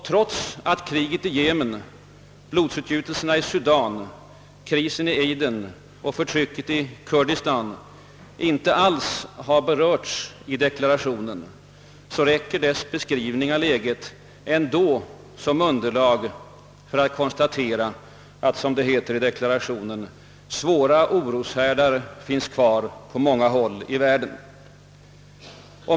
Trots att kriget i Jemen, blodsutgjutelserna i Sudan, krisen i Aden och förtrycket i Kurdistan inte alls har berörts i deklarationen, räcker dess beskrivning av läget ändå som underlag för att konstatera att, som det heter i deklarationen, »svåra oroshärdar finns kvar på många håll i världen».